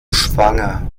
schwanger